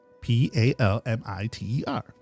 p-a-l-m-i-t-e-r